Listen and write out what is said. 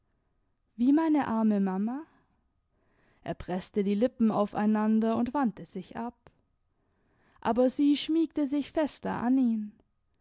wie meine arme mama er preßte die lippen aufeinander und wandte sich ab aber sie schmiegte sich fester an ihn